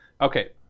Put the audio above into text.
Okay